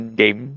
game